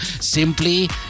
simply